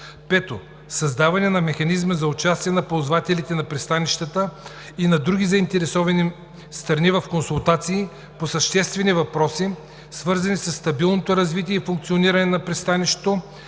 Пето, създаване на механизми за участие на ползвателите на пристанищата и на други заинтересовани страни в консултации по съществени въпроси, свързани със стабилното развитие и функциониране на пристанището,